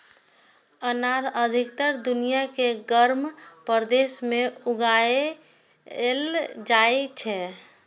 अनार अधिकतर दुनिया के गर्म प्रदेश मे उगाएल जाइ छै